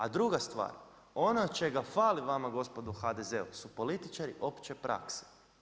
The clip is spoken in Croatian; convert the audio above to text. A druga stvar, ono čega fali vama gospodo u HDZ-u su političari opće prakse.